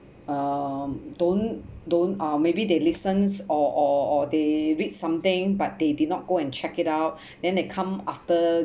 um don't don't uh maybe they listens or or they read something but they did not go and check it out then they come after